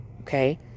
okay